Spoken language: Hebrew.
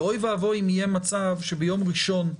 ואוי ואבוי אם יהיה מצב שביום ראשון,